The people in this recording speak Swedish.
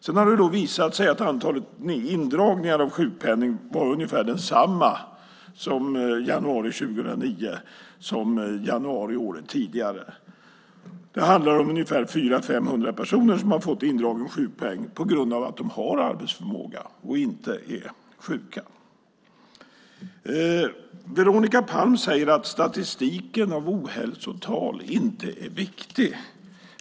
Sedan har det visat sig att antalet indragningar av sjukpenning var ungefär detsamma i januari 2009 som i januari året tidigare. Det handlar om ungefär 400-500 personer som har fått indragen sjukpeng på grund av att de har arbetsförmåga och inte är sjuka. Veronica Palm säger att statistiken om ohälsotal inte är viktig.